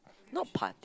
not party